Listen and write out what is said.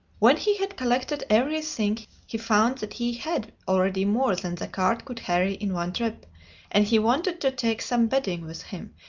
when he had collected every thing, he found that he had already more than the cart could carry in one trip and he wanted to take some bedding with him,